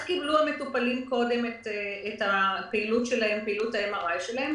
המטופלים קיבלו קודם את פעילות ה-MRI שלהם?